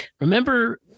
remember